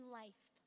life